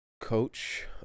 Coach